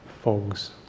fogs